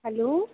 hello